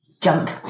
Jump